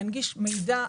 להנגיש מידע,